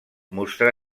mostrà